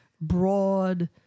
broad